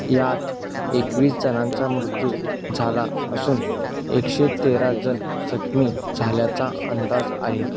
यात एकवीस जणांचा मृत्यू झाला असून एकशे तेरा जण जखमी झाल्याचा अंदाज आहे